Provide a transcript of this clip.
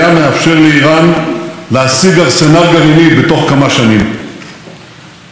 התרעתי על כך שאיראן תשתמש בכספי הסכם הגרעין כדי